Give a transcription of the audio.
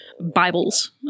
Bibles